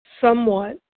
somewhat